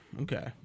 Okay